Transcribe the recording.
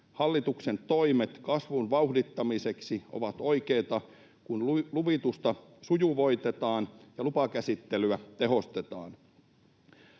Hallituksen toimet kasvun vauhdittamiseksi ovat oikeita, kun luvitusta sujuvoitetaan ja lupakäsittelyä tehostetaan.